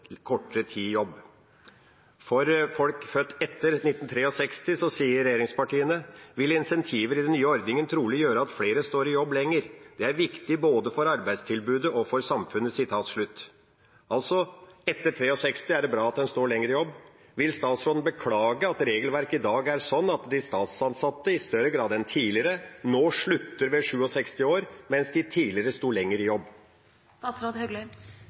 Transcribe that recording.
kortere tid i jobb. Når det gjelder folk født etter 1963, sier regjeringspartiene: «vil insentivene i de nye ordningene trolig gjøre at flere står lenger i jobb. Dette er viktig både for arbeidstilbudet og for samfunnet.» Altså: Er en født etter 1963, er det bra at en står lenger i jobb. Vil statsråden beklage at regelverket i dag er sånn at de statsansatte i større grad enn tidligere nå slutter ved 67 år, mens de tidligere sto lenger i